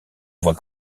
voit